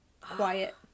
quiet